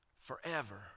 forever